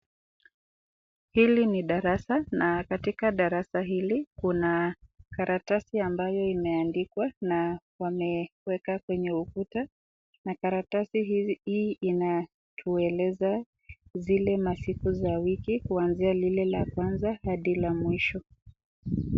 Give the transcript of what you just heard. Hili ni darasa na katika darasa hili kuna karatasi ambayo imeandikwa na wameweka kwenye ukuta na karatasi hii inatueleza zile masiku za wiki kuanzia lile la kwanza hadi la mwisho.